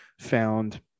found